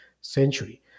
century